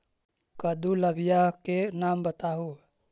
कददु ला बियाह के नाम बताहु?